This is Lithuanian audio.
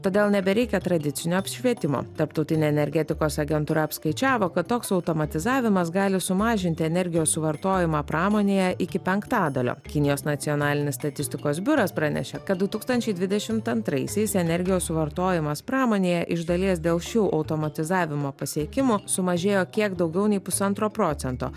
todėl nebereikia tradicinio apšvietimo tarptautinė energetikos agentūra apskaičiavo kad toks automatizavimas gali sumažinti energijos suvartojimą pramonėje iki penktadalio kinijos nacionalinis statistikos biuras pranešė kad du tūkstančiai dvidešimt antraisiais energijos suvartojimas pramonėje iš dalies dėl šių automatizavimo pasiekimų sumažėjo kiek daugiau nei pusantro procento